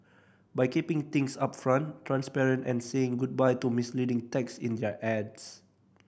by keeping things upfront transparent and saying goodbye to misleading text in their ads